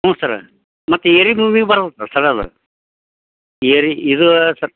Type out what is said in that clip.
ಹ್ಞೂ ಸರ ಮತ್ತು ಎರೆಭೂಮಿ ಬರಬೇಕಲ್ಲ ಸರ್ ಅದು ಎರೆ ಇದು ಸರ್